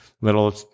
little